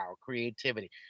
creativity